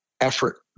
Effort